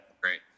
Great